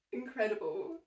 incredible